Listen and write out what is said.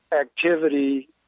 activity